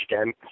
again